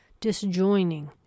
disjoining